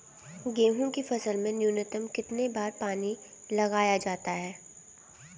गेहूँ की फसल में न्यूनतम कितने बार पानी लगाया जाता है?